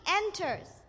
enters